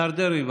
השר דרעי,